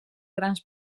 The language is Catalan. grans